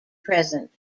present